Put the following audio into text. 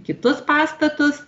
kitus pastatus